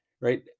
right